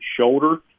shoulder